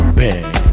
bang